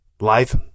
life